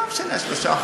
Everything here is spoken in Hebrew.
לא משנה ה-3%,